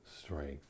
strength